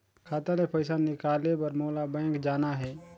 खाता ले पइसा निकाले बर मोला बैंक जाना हे?